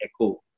Echo